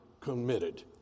committed